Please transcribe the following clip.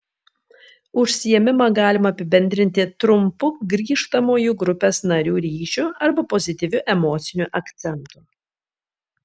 užsiėmimą galima apibendrinti trumpu grįžtamuoju grupės narių ryšiu arba pozityviu emociniu akcentu